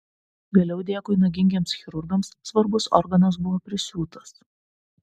vėliau dėkui nagingiems chirurgams svarbus organas buvo prisiūtas